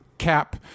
Cap